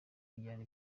kugirana